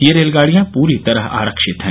ये रेलगाडियां पूरी तरह आरक्षित हैं